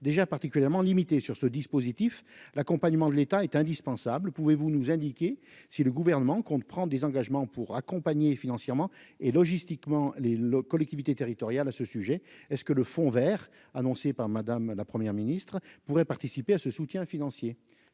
déjà particulièrement limitée sur ce dispositif, l'accompagnement de l'État est indispensable, pouvez-vous nous indiquer si le gouvernement, qu'on ne prend des engagements pour accompagner financièrement et logistiquement les les collectivités territoriales à ce sujet est-ce que le fond Vert annoncé par Madame la première ministre pourrait participer à ce soutien financier,